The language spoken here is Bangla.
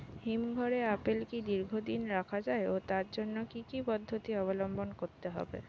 হিমঘরে আপেল কি দীর্ঘদিন রাখা যায় ও তার জন্য কি কি পদ্ধতি অবলম্বন করতে হবে?